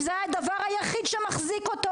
שזה היה הדבר היחיד שמחזיק אותו